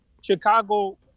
Chicago